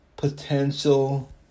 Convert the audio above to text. potential